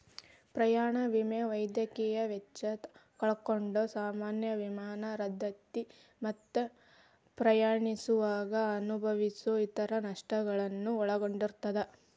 ಪ್ರಯಾಣ ವಿಮೆ ವೈದ್ಯಕೇಯ ವೆಚ್ಚ ಕಳ್ಕೊಂಡ್ ಸಾಮಾನ್ಯ ವಿಮಾನ ರದ್ದತಿ ಮತ್ತ ಪ್ರಯಾಣಿಸುವಾಗ ಅನುಭವಿಸೊ ಇತರ ನಷ್ಟಗಳನ್ನ ಒಳಗೊಂಡಿರ್ತದ